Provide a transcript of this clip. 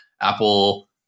apple